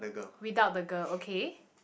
without the girl okay